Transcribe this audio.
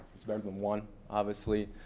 it's better than one, obviously.